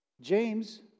James